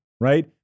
right